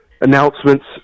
announcements